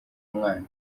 umwana